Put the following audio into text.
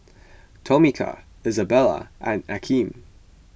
Tomika Isabella and Akeem